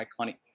iconic